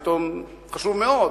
עיתון חשוב מאוד,